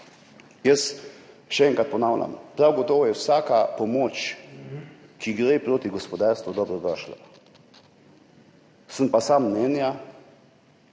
jaz še enkrat ponavljam. Prav gotovo je vsaka pomoč, ki gre za gospodarstvo, dobrodošla. Sem pa mnenja,